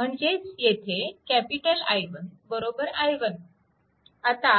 म्हणजेच येथे I1 i1 आता